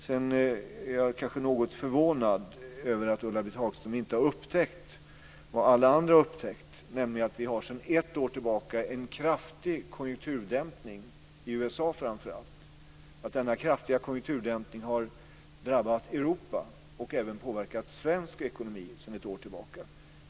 Sedan är jag kanske något förvånad över att Ulla Britt Hagström inte har upptäckt vad alla andra har upptäckt, nämligen att vi sedan ett år tillbaka har en kraftig konjunkturdämpning, i USA framför allt. Denna kraftiga konjunkturdämpning har drabbat Europa och även påverkat svensk ekonomi sedan ett år tillbaka.